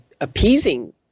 appeasing